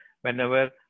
Whenever